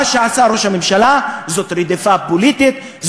מה שעשה ראש הממשלה זה רדיפה פוליטית,